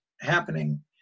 happening